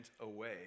away